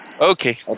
Okay